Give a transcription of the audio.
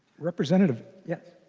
representative yes?